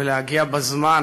ולהגיע בזמן